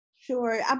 Sure